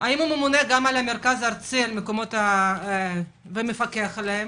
האם הוא ממונה גם על המרכז הארצי ומפקח עליהם?